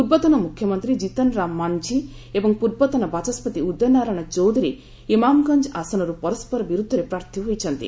ପୂର୍ବତନ ମୁଖ୍ୟମନ୍ତ୍ରୀ କ୍ରିତନ୍ ରାମ ମାନଝି ଏବଂ ପୂର୍ବତନ ବାଚସ୍କତି ଉଦୟ ନାରାୟଣ ଚୌଧୁରୀ ଇମାମଗଂଜ ଆସନରୁ ପରସ୍କର ବିରୁଦ୍ଧରେ ପ୍ରାର୍ଥୀ ହୋଇଛନ୍ତି